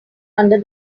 under